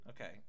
Okay